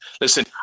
Listen